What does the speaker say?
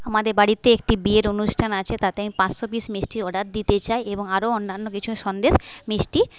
আমাদের বাড়িতে একটি বিয়ের অনুষ্ঠান আছে তাতে আমি পাঁচশো পিস মিষ্টির অর্ডার দিতে চাই এবং আরও অন্যান্য কিছু সন্দেশ মিষ্টি